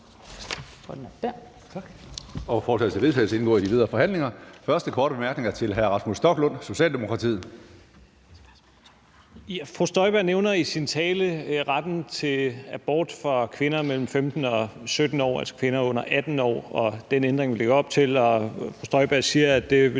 første korte bemærkning er til hr. Rasmus Stoklund, Socialdemokratiet. Kl. 14:34 Rasmus Stoklund (S): Fru Inger Støjberg nævner i sin tale retten til abort for kvinder mellem 15 og 17 år, altså kvinder under 18 år, og den ændring, vi lægger op til. Fru Inger Støjberg siger, at det ville